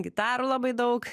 gitarų labai daug